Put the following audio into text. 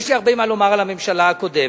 יש לי הרבה מה לומר על הממשלה הקודמת.